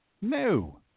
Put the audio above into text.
No